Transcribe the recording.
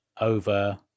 over